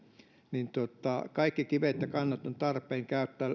niin kaikki kivet ja kannot on tarpeen